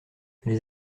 les